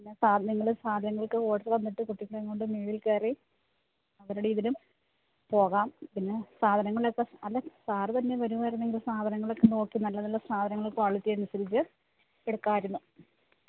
പിന്നെ സാധനങ്ങളും സാധനങ്ങള്ക്ക് ഓര്ഡറ് തന്നിട്ട് കുട്ടികളേം കൊണ്ട് മുകളില് കയറി അവരുടെ ഇതിനും പോകാം പിന്നെ സാധനങ്ങളൊക്കെ അല്ല സാറ് തന്നെ വരുമായിരുന്നെങ്കില് സാധനങ്ങളൊക്കെ നോക്കി നല്ല നല്ല സാധനങ്ങൾ ക്വാളിറ്റി അനുസരിച്ച് എടുക്കാമായിരുന്നു